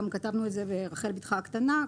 כתבנו את זה ברחל בתך הקטנה,